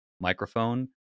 microphone